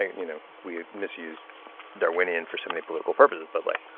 you know we misuse darwinian for so many political purposes but like